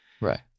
Right